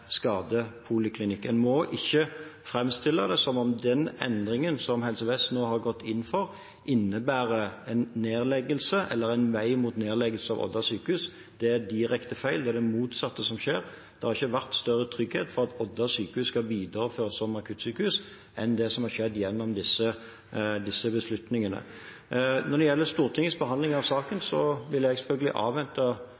skadepoliklinikk. En må ikke framstille det som at den endringen Helse Vest nå har gått inn for, innebærer en nedleggelse eller en vei mot nedleggelse av Odda sykehus. Det er direkte feil, det er det motsatte som skjer. Det har ikke vært større trygghet for at Odda sykehus skal videreføres som akuttsykehus, enn med det som har skjedd gjennom disse beslutningene. Når det gjelder Stortingets behandling av saken,